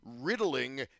riddling